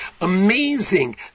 Amazing